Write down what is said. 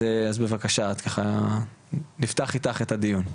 אז בבקשה, נפתח איתך את הדיון.